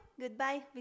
goodbye